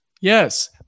Yes